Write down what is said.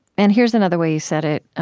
and here's another way you said it,